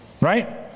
Right